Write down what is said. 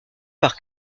par